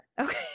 Okay